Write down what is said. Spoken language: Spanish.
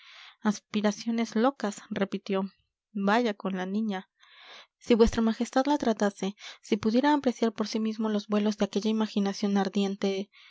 aspiraciones locas repitió vaya con la niña si vuestra majestad la tratase si pudiera apreciar por sí mismo los vuelos de aquella imaginación ardiente